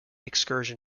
excursion